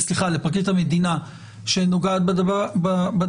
סליחה, המשנה לפרקליט המדינה שנוגעת לדבר.